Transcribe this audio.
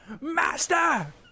master